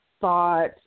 thought